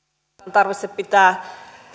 tarvitse pitää